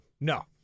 no